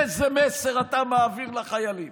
איזה מסר אתה מעביר לחיילים?